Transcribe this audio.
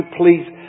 please